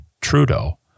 Trudeau